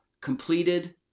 completed